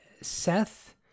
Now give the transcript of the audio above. Seth